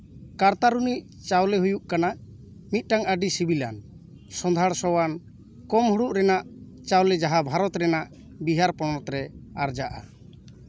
ᱠᱟᱨᱛᱟᱨᱱᱤ ᱪᱟᱣᱞᱮ ᱦᱩᱭᱩᱜ ᱠᱟᱱᱟ ᱢᱤᱫᱴᱟᱱ ᱟᱹᱰᱤ ᱥᱤᱵᱤᱞᱟᱱ ᱥᱚᱸᱫᱷᱟᱲ ᱥᱚᱣᱟᱱ ᱠᱚᱢ ᱦᱩᱲᱩᱜ ᱨᱮᱱᱟᱜ ᱪᱟᱣᱞᱮ ᱡᱟᱦᱟᱸ ᱵᱷᱟᱨᱚᱛ ᱨᱮᱱᱟᱜ ᱵᱤᱦᱟᱨ ᱯᱚᱱᱚᱛ ᱨᱮ ᱟᱨᱡᱟᱜᱼᱟ